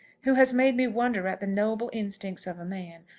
who has made me wonder at the noble instincts of a man,